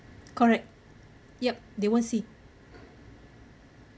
correct yup they won't see